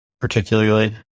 particularly